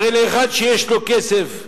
הרי אחד שיש לו כסף,